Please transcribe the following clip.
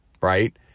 right